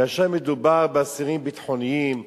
כאשר מדובר באסירים ביטחוניים,